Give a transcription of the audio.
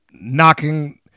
knocking